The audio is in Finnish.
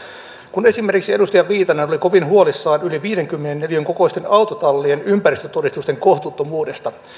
kun esimerkiksi edustaja viitanen oli kovin huolissaan yli viidenkymmenen neliön kokoisten autotallien ympäristötodistusten kohtuuttomuudesta